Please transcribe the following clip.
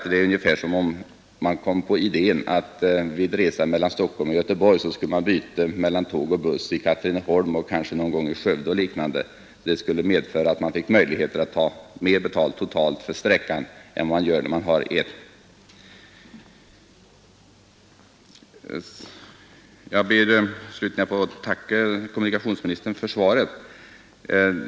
Det är ungefär som om man kom på idén att vid resa mellan Stockholm och Göteborg ha byte mellan tåg och buss i Katrineholm och kanske i Skövde; det skulle medföra att man fick möjligheter att ta mer betalt totalt för sträckan än när man har ett färdmedel. Jag ber slutligen att få tacka kommunikationsministern för svaret.